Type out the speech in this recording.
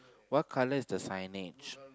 what colour is the signage